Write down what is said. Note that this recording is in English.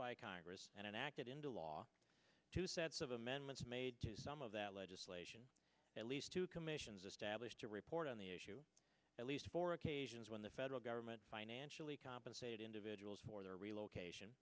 by congress and enacted into law two sets of amendments made to some of that legislation at least two commissions established to report on the issue at least four occasions when the federal government financially compensated individuals for their relocation